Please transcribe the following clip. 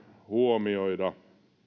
huomioida